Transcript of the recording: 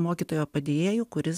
mokytojo padėjėju kuris